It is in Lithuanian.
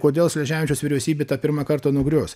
kodėl sleževičiaus vyriausybė tą pirmą kartą nugrius